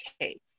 okay